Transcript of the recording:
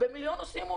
במיליון נושאים.